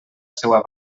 seua